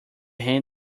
hand